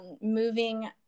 moving